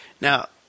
Now